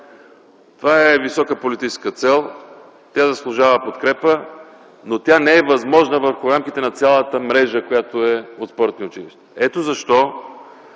Това е висока политическа цел, тя заслужава подкрепа, но не е възможна върху рамките на цялата мрежа, която е от спортни училища. Ето защо